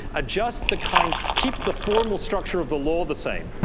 adjust the kind, keep the formal structure of the law the same,